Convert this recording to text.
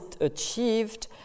achieved